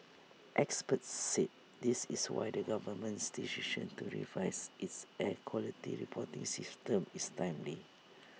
experts said this is why the government's decision to revise its air quality reporting system is timely